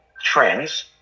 trends